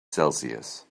celsius